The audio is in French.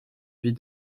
vie